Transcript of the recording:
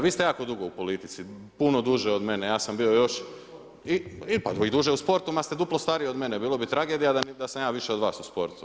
Vi ste jako dugo u politici, puno duže od mene, ja sam bio još, i duže u sportu jer ste duplo stariji od mene, bilo bi tragedija da sam ja više od vas u sportu.